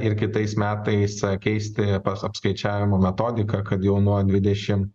ir kitais metais keisti apskaičiavimo metodiką kad jau nuo dvidešim